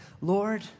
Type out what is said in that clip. Lord